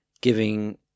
giving